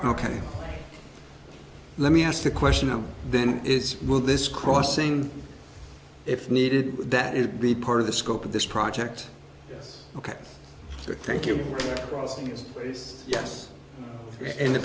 ok let me ask the question now then is will this crossing if needed that it be part of the scope of this project ok thank you yes in the